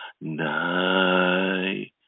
Night